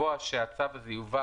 לקבוע שהצו הזה יובא,